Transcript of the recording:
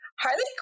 Harley